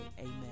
Amen